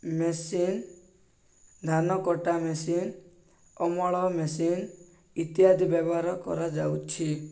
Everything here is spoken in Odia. ମେସିନ୍ ଧାନ କଟା ମେସିନ୍ ଅମଳ ମେସିନ୍ ଇତ୍ୟାଦି ବ୍ୟବହାର କରାଯାଉଛି